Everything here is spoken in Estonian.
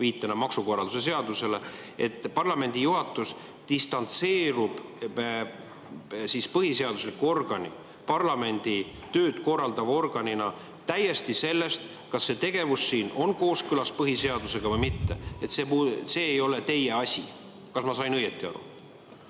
viitega maksukorralduse seadusele, ja et parlamendi juhatus distantseerub põhiseadusliku organina, parlamendi tööd korraldava organina täiesti sellest, kas see tegevus on kooskõlas põhiseadusega või mitte. Et see ei ole teie asi. Kas ma sain õigesti aru?